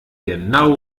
genau